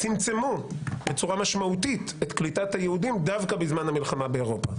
צמצמו בצורה משמעותית את קליטת היהודים דווקא בזמן המלחמה באירופה,